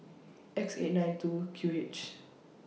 X eight nine two Q H